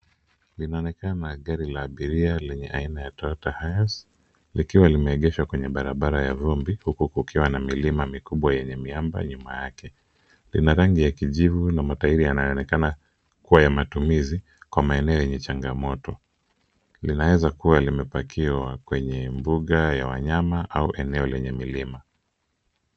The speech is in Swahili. Linaonekana gari la abiria aina ya Toyota HiAce likiwa limegeshwa kwenye barabara ya vumbi huku kukiwa na milima mikubwa yenye miamba nyuma yake. Lina rangi ya kijivu na matairi yanayoonekana kuwa ya matumizi kwa maeneo yenye changamoto. Linaeza kuwa limepakiwa kwenye mbuga ya wanyama au eneo lenye milima.